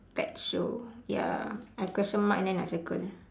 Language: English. pet show ya I question mark and then I circle